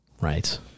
Right